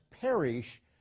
perish